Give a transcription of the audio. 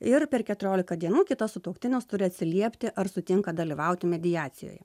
ir per keturiolika dienų kitas sutuoktinis turi atsiliepti ar sutinka dalyvauti mediacijoje